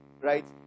right